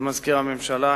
למזכיר הממשלה.